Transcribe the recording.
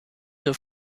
have